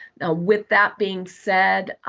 now, with that being said,